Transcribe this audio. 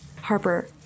Harper